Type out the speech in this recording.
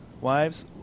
Wives